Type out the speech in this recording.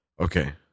Okay